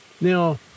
Now